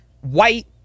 white